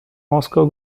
moskau